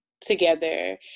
together